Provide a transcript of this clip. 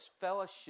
fellowship